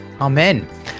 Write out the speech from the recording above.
amen